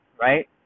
right